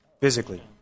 physically